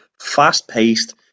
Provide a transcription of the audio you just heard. fast-paced